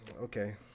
okay